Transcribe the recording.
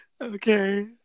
okay